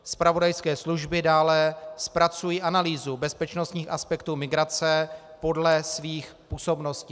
Zpravodajské služby dále zpracují analýzu bezpečnostních aspektů migrace podle svých působností.